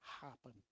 happen